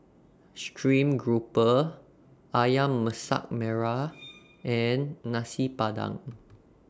Stream Grouper Ayam Masak Merah and Nasi Padang